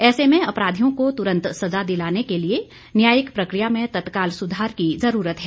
ऐसे में अपराधियों को तुरंत सजा दिलाने के लिए न्यायिक प्रकिया में तत्काल सुधार की जरूरत है